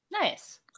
nice